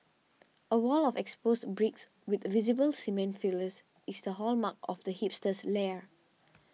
a wall of exposed bricks with visible cement fillers is the hallmark of the hipster's lair